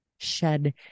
Shed